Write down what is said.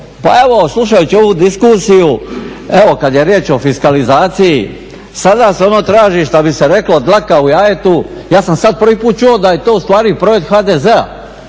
Pa evo slušajući ovu diskusiju evo kada je riječ o fiskalizaciji sada se ono traži šta bi se reklo dlaka u jajetu. Ja sam sada prvi put čuo da je to ustvari projekt HDZ-a